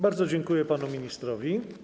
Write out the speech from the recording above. Bardzo dziękuję panu ministrowi.